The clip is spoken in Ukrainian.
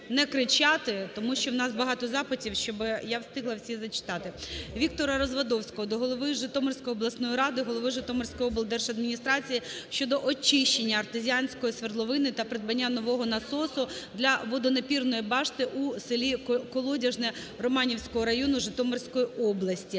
Віктора Развадовського до голови Житомирської обласної ради, голови Житомирської облдержадміністрації щодо очищення артезіанської свердловини та придбання нового насоса для водонапірної башти у селі Колодяжне Романівського району Житомирської області.